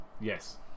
yes